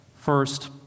First